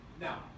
Now